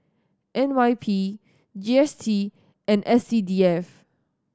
N Y P G S T and S C D F